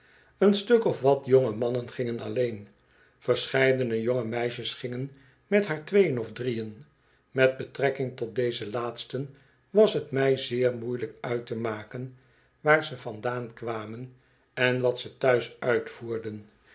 een stuk of wat jonge mannen gingen alleen verscheidene jonge meisjes gingen met haar tweeën of drieën met betrekking tot deze laatsten was t mij zeer moeielijk uit te maken waar ze vandaan kwamen en wat ze thuis uitvoerden